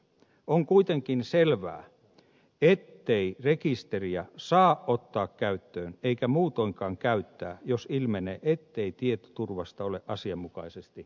on kuitenkin selvää ettei rekisteriä saa ottaa käyttöön eikä muutoinkaan käyttää jos ilmenee ettei tietoturvasta ole asianmukaisesti huolehdittu